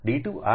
75 વત્તા 75